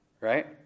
right